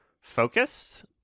focused